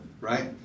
Right